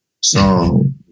song